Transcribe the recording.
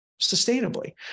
sustainably